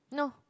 no